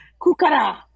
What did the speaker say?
Kukara